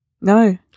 No